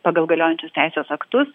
pagal galiojančius teisės aktus